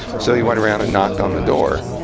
so he went around and knocked on the door.